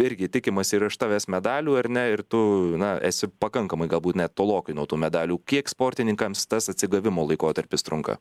irgi tikimasi ir aš tavęs medalių ar ne ir tu na esi pakankamai galbūt net tolokai nuo tų medalių kiek sportininkams tas atsigavimo laikotarpis trunka